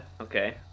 Okay